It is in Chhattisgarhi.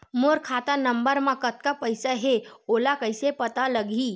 मोर खाता नंबर मा कतका पईसा हे ओला कइसे पता लगी?